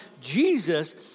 Jesus